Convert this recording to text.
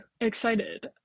excited